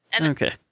Okay